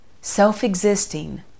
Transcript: self-existing